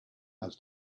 has